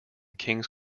kings